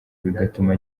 bigatuma